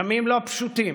ימים לא פשוטים,